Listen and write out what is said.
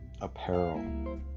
apparel